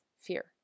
fear